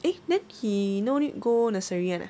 eh then he no need to go nursery [one] ah